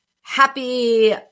happy